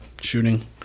shooting